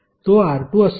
तो R2 असेल